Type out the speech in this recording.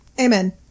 Amen